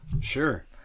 sure